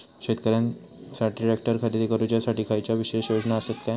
शेतकऱ्यांकसाठी ट्रॅक्टर खरेदी करुच्या साठी खयच्या विशेष योजना असात काय?